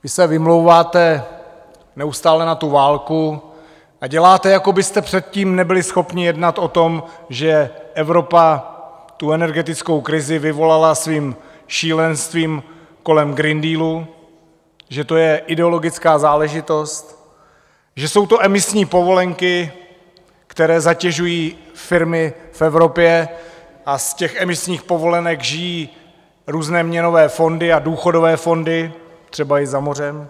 Vy se vymlouváte neustále na tu válku a děláte, jako byste předtím nebyli schopni jednat o tom, že Evropa energetickou krizi vyvolala svým šílenstvím kolem Green Dealu, že to je ideologická záležitost, že jsou to emisní povolenky, které zatěžují firmy v Evropě, a z těch emisních povolenek žijí různé měnové fondy a důchodové fondy třeba i za mořem.